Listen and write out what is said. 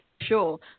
sure